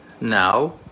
now